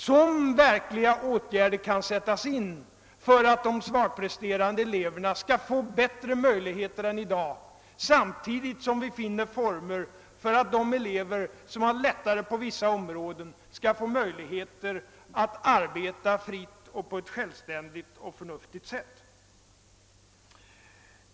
De svagare eleverna skall kunna få bättre möjligheter än i dag, samtidigt som vi finner former för att de elever som har lättare på vissa områden skall få tillfälle att arbeta fritt på ett självständigt och förnuftigt sätt.